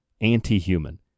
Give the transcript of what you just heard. Anti-human